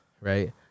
right